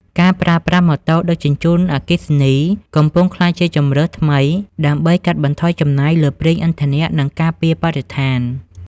ការប្រើប្រាស់ "ម៉ូតូដឹកជញ្ជូនអគ្គិសនី" កំពុងក្លាយជាជម្រើសថ្មីដើម្បីកាត់បន្ថយចំណាយលើប្រេងឥន្ធនៈ និងការពារបរិស្ថាន។